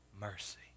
mercy